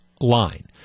line